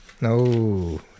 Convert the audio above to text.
No